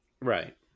Right